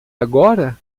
agora